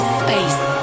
space